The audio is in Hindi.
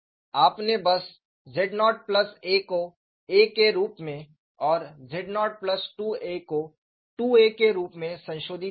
आपने बस z0a को a के रूप में और z02a को 2a के रूप में संशोधित किया है